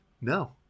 No